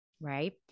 right